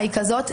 היא כזאת,